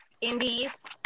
Indies